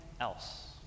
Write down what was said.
else